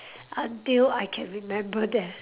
until I can remember them